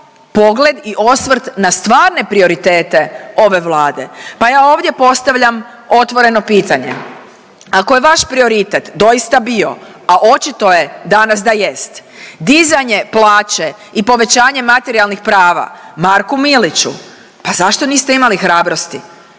pogled i osvrt na stvarne prioritete ove Vlade pa ja ovdje postavljam otvoreno pitanje. Ako je vaš prioritet doista bio, a očito je danas da jest, dizanje plaće i povećanje materijalnih prava Marku Miliću pa zašto niste imali hrabrosti.